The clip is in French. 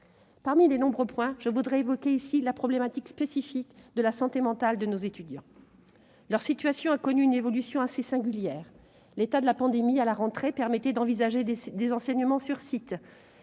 Parmi de nombreux points, je voudrais ici évoquer la problématique spécifique de la santé mentale de nos étudiants. Leur situation a connu une évolution assez singulière. L'état de la pandémie à la rentrée permettait d'envisager des enseignements sur site,